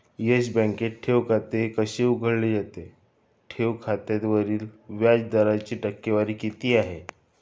Yes बँकेत ठेव खाते कसे उघडले जाते? ठेव खात्यावरील व्याज दराची टक्केवारी किती आहे?